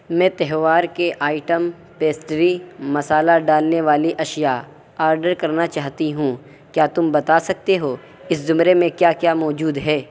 میں تہوار کے آئٹم پیسٹری مسالا ڈالنے والی اشیاء آرڈر کرنا چاہتی ہوں کیا تم بتا سکتے ہو اس زمرے میں کیا کیا موجود ہے